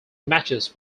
matches